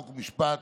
חוק ומשפט,